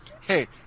Hey